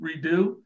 redo